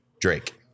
Drake